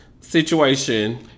situation